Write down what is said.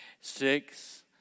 Six